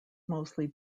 mostly